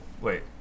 Wait